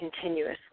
continuously